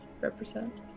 represent